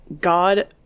God